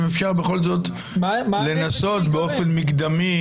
אם אפשר בכל זאת לנסות באופן מקדמי